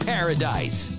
Paradise